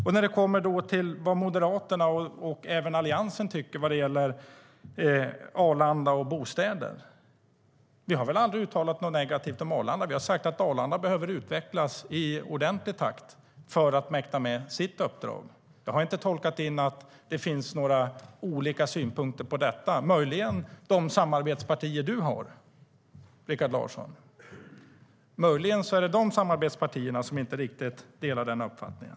När det sedan kommer till vad Moderaterna och även Alliansen tycker när det gäller Arlanda och bostäder har vi aldrig uttalat något negativt om Arlanda. Vi har sagt att Arlanda behöver utvecklas i ordentlig takt för att mäkta med sitt uppdrag. Jag har inte tolkat in att det finns några olika synpunkter på detta. Möjligen är det dina samarbetspartier, Rikard Larsson, som inte riktigt delar denna uppfattning.